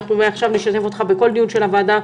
שמעכשיו נשתף אותך בכל דיון של הוועדה,